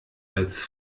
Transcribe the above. als